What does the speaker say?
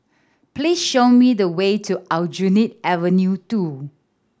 please show me the way to Aljunied Avenue Two